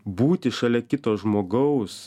būti šalia kito žmogaus